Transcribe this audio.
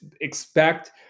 expect